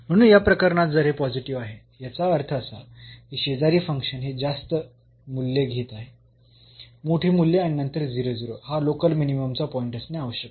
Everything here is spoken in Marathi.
म्हणून या प्रकरणात जर हे पॉझिटिव्ह आहे याचा अर्थ असा की शेजारी फंक्शन हे जास्त मूल्ये घेत आहे मोठी मूल्ये आणि नंतर हा लोकल मिनिममचा पॉईंट असणे आवश्यक आहे